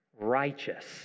righteous